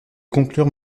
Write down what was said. conclure